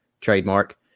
trademark